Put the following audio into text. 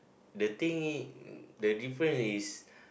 the thing is the different is